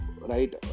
right